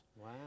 Wow